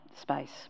space